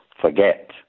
forget